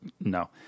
No